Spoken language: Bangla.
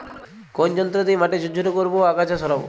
কোন যন্ত্র দিয়ে মাটি ঝুরঝুরে করব ও আগাছা সরাবো?